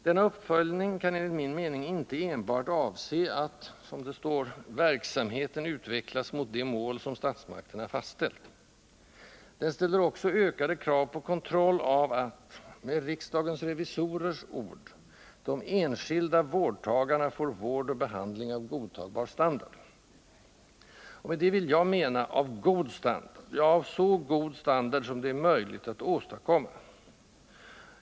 Denna uppföljning kan enligt min mening inte enbart avse att ”verksamheten utvecklas mot de mål som statsmakterna fastställt”. Den ställer också ökade krav på kontroll av att, med riksdagens revisorers ord, ”de enskilda vårdtagarna får vård och behandling av godtagbar standard”. Och med detta vill jag mena av god standard — ja, av så god standard som det är möjligt att åstadkomma.